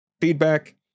feedback